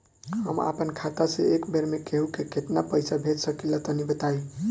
हम आपन खाता से एक बेर मे केंहू के केतना पईसा भेज सकिला तनि बताईं?